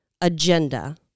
agenda